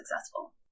successful